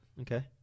Okay